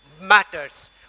matters